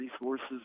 resources